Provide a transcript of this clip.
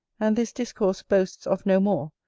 and this discourse boasts of no more,